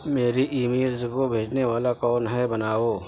میری emails کو بھیجنے والا کون ہے بناؤ